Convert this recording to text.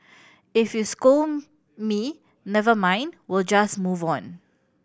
if you scold me never mind we'll just move on